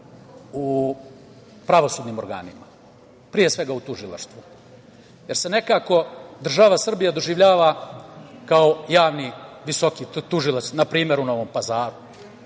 u pravosudnim organima, pre svega u Tužilaštvu, jer se nekako država Srbija doživljava kao javni visoki tužilac, na primer, u Novom